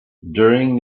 during